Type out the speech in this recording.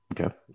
Okay